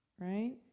right